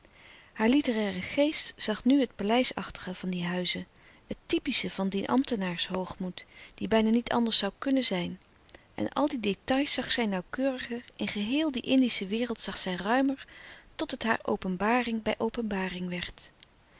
haar litteraire geest zag nu het louis couperus de stille kracht paleis achtige van die huizen het typische van dien ambtenaars hoogmoed die bijna niet anders zoû kunnen zijn en al die détails zag zij nauwkeuriger in geheel die indische wereld zag zij ruimer tot het haar openbaring bij openbaring werd